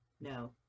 No